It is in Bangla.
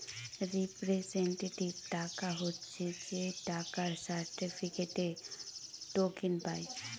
রিপ্রেসেন্টেটিভ টাকা হচ্ছে যে টাকার সার্টিফিকেটে, টোকেন পায়